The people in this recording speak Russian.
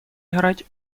играть